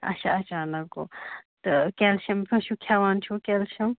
اچھا اچانک گوٚو تہٕ کیلشَم کھٮ۪وان چھِو کیلشَم